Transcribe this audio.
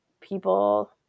people